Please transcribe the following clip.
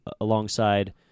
alongside